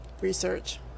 Research